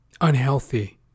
Unhealthy